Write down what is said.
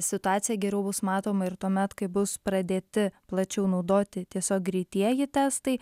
situacija geriau bus matoma ir tuomet kai bus pradėti plačiau naudoti tiesiog greitieji testai